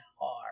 hard